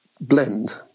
blend